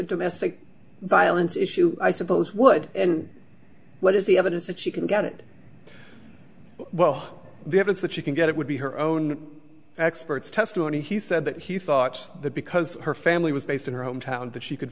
a domestic violence issue i suppose would and what is the evidence that she can get it well the evidence that she can get it would be her own experts testimony he said that he thought that because her family was based in her hometown that she could